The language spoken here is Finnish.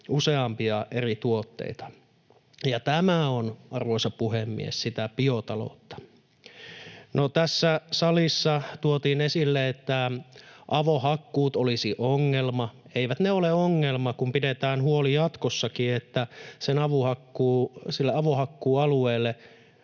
useampia eri tuotteita, ja tämä on, arvoisa puhemies, sitä biotaloutta. No, tässä salissa tuotiin esille, että avohakkuut olisivat ongelma. Eivät ne ole ongelma, kun pidetään huoli jatkossakin, että sille avohakkuualueelle